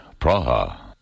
Praha